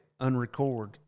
unrecord